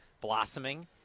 blossoming